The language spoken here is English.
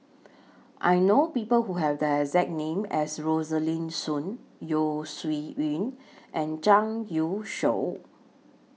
I know People Who Have The exact name as Rosaline Soon Yeo Shih Yun and Zhang Youshuo